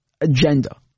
agenda